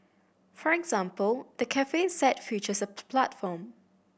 for example the cafe set features a platform